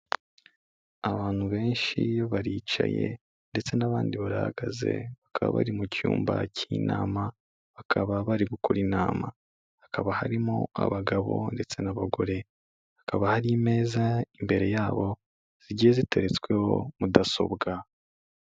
Abantu benshi baricaye ndetse n'abandi barahagaze, bakaba bari mu cyumba cy'inama, bakaba bari gukora inama, hakaba harimo abagabo ndetse n'abagore, hakaba hari imeza imbere yabo zigiye zitetsweho mudasobwa.